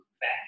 back